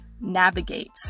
navigate